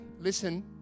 Listen